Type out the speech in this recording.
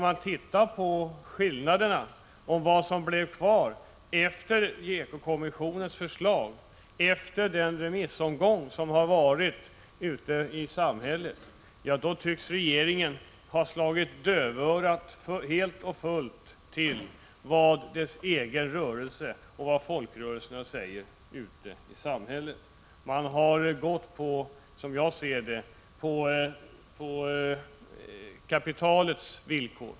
Att döma av vad som blev kvar av ekokommissionens förslag efter den remissomgång som förekommit tycks regeringen helt och fullt ha slagit dövörat till för vad dess egen rörelse och andra folkrörelser ute i samhället säger. Man har, som jag ser det, gått på kapitalets villkor.